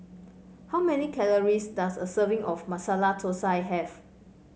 how many calories does a serving of Masala Thosai have